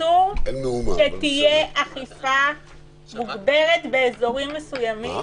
אסור שתהיה אכיפה מוגברת באזורים מסוימים,